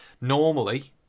Normally